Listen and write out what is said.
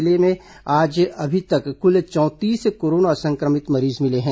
जिले में आज अभी तक कुल चौंतीस कोरोना संक्रमित मरीज मिले हैं